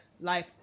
life